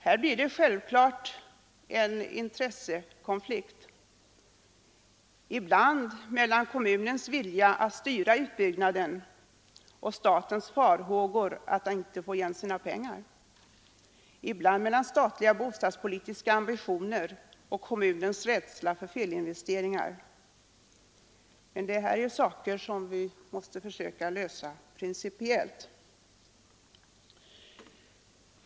Här blir det självfallet en intressekonflikt, ibland mellan kommunens vilja att styra utbyggnaden och statens farhågor att inte få igen sina pengar, ibland mellan statliga bostadspolitiska ambitioner och kommunens rädsla för felinvesteringar. Men detta är problem som vi måste försöka lösa principiellt.